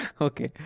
okay